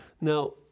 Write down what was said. Now